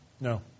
No